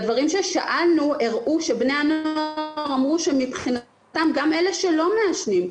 והדברים ששאלנו הראו שבני הנוער אמרו שמבחינתם גם אלה שלא מעשנים,